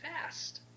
fast